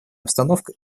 обстановка